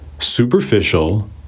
Superficial